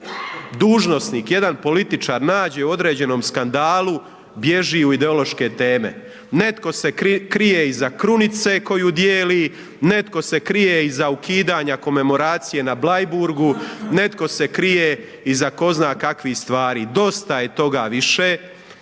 dužnosnik, jedan političar nađe u određenom skandalu bilježi u ideološke teme. Netko se krije iza krunice koju dijeli, netko se krije i za ukidanje komemoracije na Bleiburgu netko se krije i za ko zna kakvih stvari. Dosta je toga više,